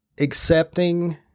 Accepting